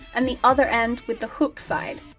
and the other end with the hook side.